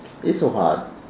it's so hard